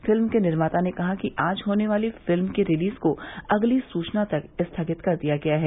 film के निर्माता ने कहा है कि आज होने वाली फिल्म की रिलीज को अगली सुचना तक स्थगित कर दिया गया है